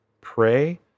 pray